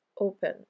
open